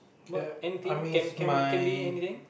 okay I I miss my